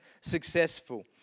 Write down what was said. successful